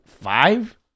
five